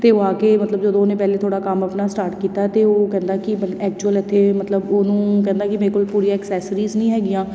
ਅਤੇ ਉਹ ਆ ਕੇ ਮਤਲਬ ਜਦੋਂ ਉਹਨੇ ਪਹਿਲੇ ਥੋੜ੍ਹਾ ਕੰਮ ਆਪਣਾ ਸਟਾਰਟ ਕੀਤਾ ਅਤੇ ਉਹ ਕਹਿੰਦਾ ਕਿ ਐਕਚੁਅਲ ਇੱਥੇ ਮਤਲਬ ਉਹਨੂੰ ਕਹਿੰਦਾ ਕਿ ਮੇਰੇ ਕੋਲ ਪੂਰੀ ਐਕਸੈਸਰੀਜ਼ ਨਹੀਂ ਹੈਗੀਆਂ